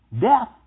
death